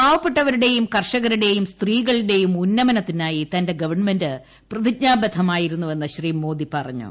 പാവപ്പെട്ടവരുടെയും കർഷകരുടെയും സ്ത്രീകളുടെയും ഉന്നമനത്തിനായി തന്റെ ഗവൺമെൻ് പ്രതിജ്ഞാബദ്ധമായിരുന്നുവെന്ന് ശ്രീ മോദി പറഞ്ഞു